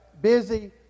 Busy